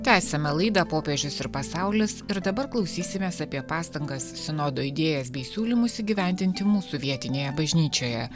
tęsiame laidą popiežius ir pasaulis ir dabar klausysimės apie pastangas sinodo idėjas bei siūlymus įgyvendinti mūsų vietinėje bažnyčioje